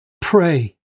Pray